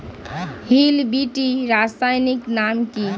Hill বিটি রাসায়নিক নাম কি?